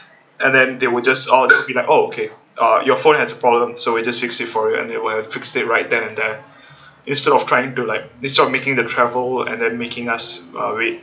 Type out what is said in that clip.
and then they will just honestly be like oh okay uh your phone has a problem so we just fix it for you and they would have fixed it right then and there instead of trying to like instead of making the travel and then making us uh wait